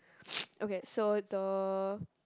okay so the